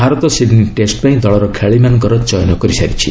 Bharat Sydney test ପାଇଁ ଦଳର ଖେଳାଳିମାନଙ୍କର ଚୟନ କରିସାରିଛି